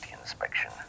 inspection